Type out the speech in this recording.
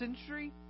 century